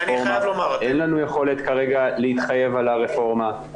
אין לנו יכולת כרגע להתחייב על הרפורמה.